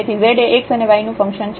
તેથી z એ x અને y નું ફંક્શન છે